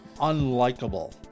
unlikable